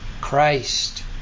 Christ